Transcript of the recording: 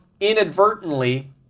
inadvertently